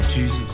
Jesus